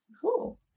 Cool